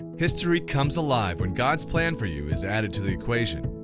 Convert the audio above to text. history comes alive when god's plan for you is added to the equation.